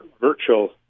virtual